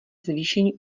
zvýšení